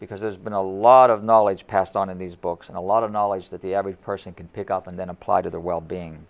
because there's been a lot of knowledge passed on in these books and a lot of knowledge that the average person can pick up and then apply to the well being